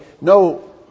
no